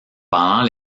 pendant